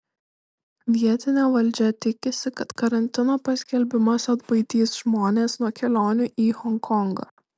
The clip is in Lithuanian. vietinė valdžia tikisi kad karantino paskelbimas atbaidys žmones nuo kelionių į honkongą